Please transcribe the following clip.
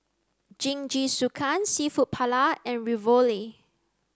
Jingisukan Seafood Paella and Ravioli